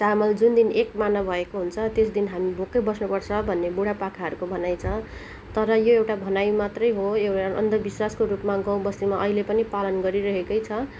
चामल जुन दिन एक माना भएको हुन्छ त्यस दिन हामी भोकै बस्नुपर्छ भन्ने बुडा पाकाहरूको भनाइ छ तर यो एउटा भनाइ मात्र हो एउटा अन्धविश्वासको रूपमा गाउँ बस्तीमा अहिले पनि पालन गरिरहेकै छ